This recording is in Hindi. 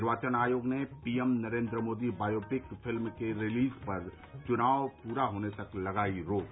निर्वाचन आयोग ने PM Narendra Modi biopic film की रिलीज पर चुनाव पूरे होने तक लगाई रोक